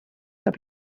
saab